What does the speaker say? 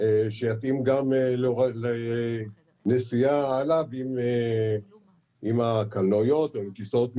כך שיתאים גם לנסיעה עליו עם הקלנועיות או עם כיסאות ממונעים.